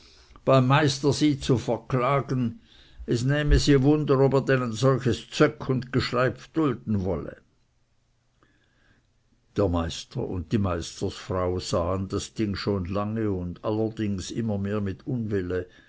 beim meister sie zu verklagen es nähmte sie wunder ob er denn ein solches zök und gschleipf dulden wolle der meister und die meisterfrau sahen das ding schon lange und allerdings immer mehr mit unwille